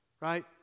right